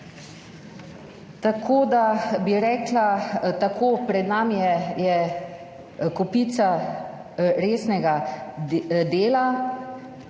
Tako, da bi rekla tako, pred nami je kopica resnega dela.